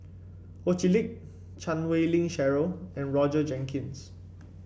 Ho Chee Lick Chan Wei Ling Cheryl and Roger Jenkins